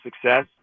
success